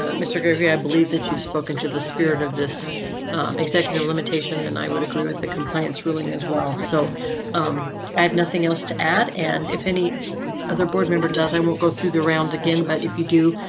ah mr. garvey. i believe that you've spoken to the spirit of this executive limitation and i would agree with the compliance ruling as well, so um i have nothing else to add. and if any other board member does, i won't go through the round again. but if you do,